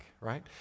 right